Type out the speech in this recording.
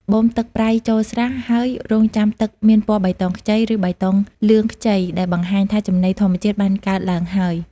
បូមទឹកប្រៃចូលស្រះ ហើយរង់ចាំទឹកមានពណ៌បៃតងខ្ចី ឬបៃតងលឿងខ្ចី ដែលបង្ហាញថាចំណីធម្មជាតិបានកើតឡើងហើយ។